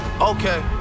okay